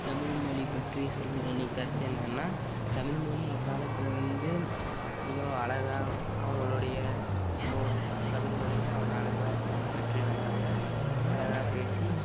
தமிழ் மொழி பற்றி சொல்ல வேண்டிய கருத்து என்னன்னா தமிழ் மொழி அக்காலத்தில் வந்து மிகவும் அழகாக அவங்களுடைய தமிழ் மொழியை அவங்க அழகாக பின்பற்றி வந்தாங்க அழகாக பேசி